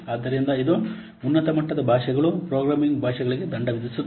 ಆದ್ದರಿಂದ ಇದು ಉನ್ನತ ಮಟ್ಟದ ಭಾಷೆಗಳು ಪ್ರೋಗ್ರಾಮಿಂಗ್ ಭಾಷೆಗಳಿಗೆ ದಂಡ ವಿಧಿಸುತ್ತದೆ